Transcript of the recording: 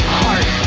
heart